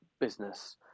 business